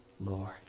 Lord